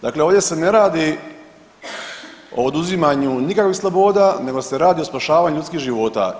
Dakle ovdje se ne radi o oduzimanju nikakvih sloboda nego se radi o spašavanju ljudskih života.